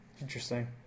Interesting